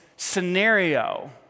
scenario